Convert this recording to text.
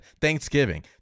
Thanksgiving